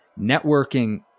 Networking